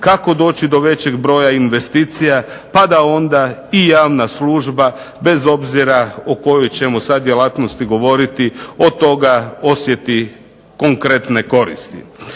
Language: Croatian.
kako doći do većeg broja investicija pa da onda i javna služba, bez obzira o kojoj ćemo sad djelatnosti govoriti, od toga osjeti konkretne koristi.